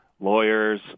lawyers